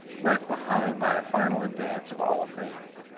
left behind by a final advance of all things.